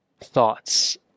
thoughts